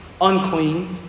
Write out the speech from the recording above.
unclean